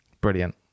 brilliant